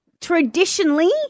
traditionally